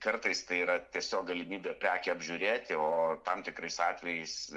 kartais tai yra tiesiog galimybė prekę apžiūrėti o tam tikrais atvejais